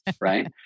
right